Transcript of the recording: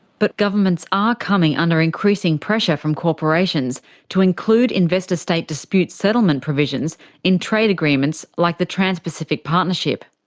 but governments are coming under increasing pressure from corporations to include investor state dispute settlement provisions in trade agreements like the trans pacific partnership.